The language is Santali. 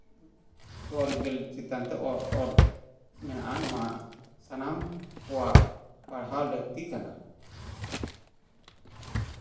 ᱛᱚᱞ ᱵᱤᱞ ᱪᱮᱛᱟᱱ ᱛᱮ ᱚᱞ ᱢᱮᱱᱟᱜᱼᱟ ᱱᱚᱣᱟ ᱥᱟᱱᱟᱢ ᱠᱚᱣᱟᱜ ᱯᱟᱲᱦᱟᱣ ᱞᱟᱹᱠᱛᱤ ᱠᱟᱱᱟ